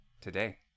today